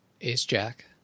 ace-jack